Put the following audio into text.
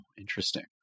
interesting